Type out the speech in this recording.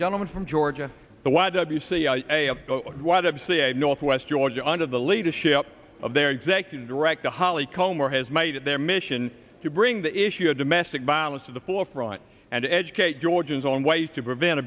gentleman from georgia the y w c a white of ca northwest georgia under the leadership of their executive director hollycombe moore has made it their mission to bring the issue of domestic violence to the forefront and educate georgians on ways to prevent